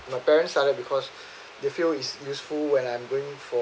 my parents started because they feel is useful when I'm going for